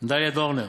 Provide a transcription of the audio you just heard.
דליה דורנר.